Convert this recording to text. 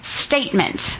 statement